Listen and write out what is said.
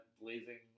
blazing